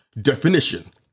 definition